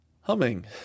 humming